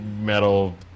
metal